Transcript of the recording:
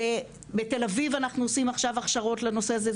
בתל אביב אנחנו עושים עכשיו הכשרות בנושא הזה,